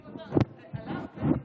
תודה רבה, אדוני היושב-ראש.